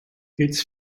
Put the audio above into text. its